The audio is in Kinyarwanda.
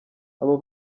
abo